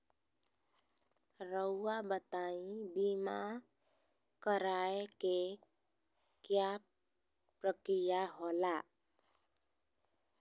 रहुआ बताइं बीमा कराए के क्या प्रक्रिया होला?